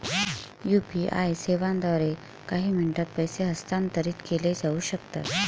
UPI सेवांद्वारे काही मिनिटांत पैसे हस्तांतरित केले जाऊ शकतात